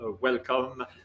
welcome